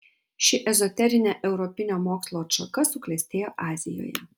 ši ezoterinė europinio mokslo atšaka suklestėjo azijoje